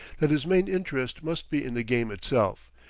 that his main interest must be in the game itself,